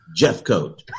Jeffcoat